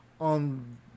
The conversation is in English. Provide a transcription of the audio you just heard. on